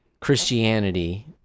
Christianity